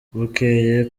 bukeye